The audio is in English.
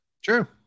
Sure